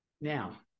Now